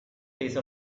pace